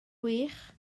wych